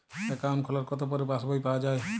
Account খোলার কতো পরে পাস বই পাওয়া য়ায়?